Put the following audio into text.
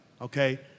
okay